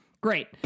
Great